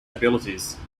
abilities